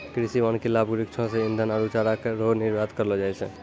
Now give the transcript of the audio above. कृषि वानिकी लाभ वृक्षो से ईधन आरु चारा रो निर्यात करलो जाय छै